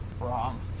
wrong